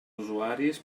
usuaris